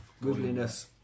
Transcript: goodliness